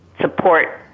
support